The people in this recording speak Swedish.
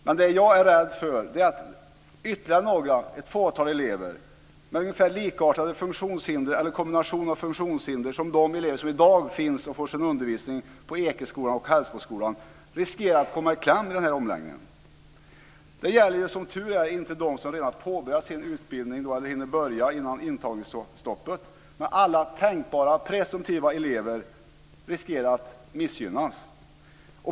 Men det jag är rädd för är att ytterligare några, ett fåtal elever, med ungefär likartade funktionshinder eller kombination av funktionshinder som de elever som i dag finns och som får sin undervisning på Ekeskolan och Hällsboskolan riskerar att komma i kläm vid omläggningen. Det gäller som tur är inte dem som redan påbörjat sin utbildning eller hinner börja innan intagningsstoppet, men alla tänkbara presumtiva elever riskerar att missgynnas.